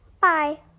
Bye